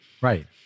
Right